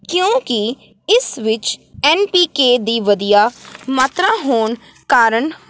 ਕਿਉਂਕਿ ਇਸ ਵਿਚ ਐਨ ਪੀ ਕੇ ਦੀ ਵਧੀਆ ਮਾਤਰਾ ਹੋਣ ਕਾਰਨ